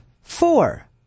Four